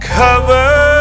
cover